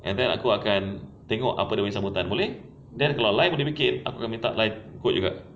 and then aku akan tengok apa dia punya sambutan boleh then kalau lye boleh bikin aku boleh minta lye quote juga